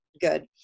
good